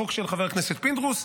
חוק של חבר הכנסת פינדרוס,